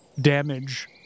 damage